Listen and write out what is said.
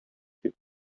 дип